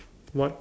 what